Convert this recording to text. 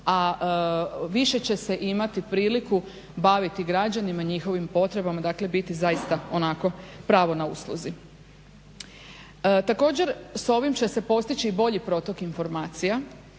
a više će se imati priliku baviti građanima i njihovim potrebama, dakle biti zaista onako pravo na usluzi. Također, s ovim će se postići bolji protok informacija,